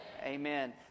Amen